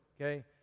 okay